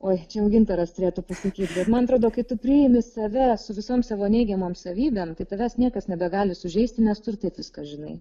oi čia jau gintaras turėtų pasakyti man atrodo kai tu priimi save su visom savo neigiamom savybėm tai tavęs niekas nebegali sužeisti nes tu ir taip viską žinai